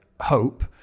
hope